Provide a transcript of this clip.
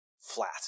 flat